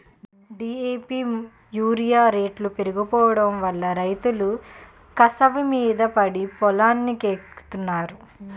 DAP urea రేట్లు పెరిగిపోడంవల్ల రైతులు కసవమీద పడి పొలానికెత్తన్నారు